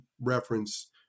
reference